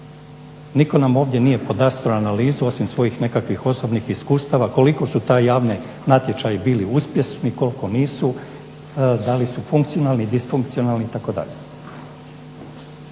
Nitko nam ovdje nije podastro analizu osim svojih nekakvih osobnih iskustava, koliko su ti javni natječaji bili uspješni, koliko nisu, da li su funkcionalni, disfunkcionalni itd.